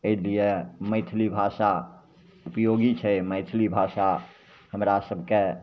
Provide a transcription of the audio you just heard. एहि लिए मैथिली भाषा उपयोगी छै मैथिली भाषा हमरा सभकेँ